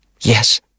Yes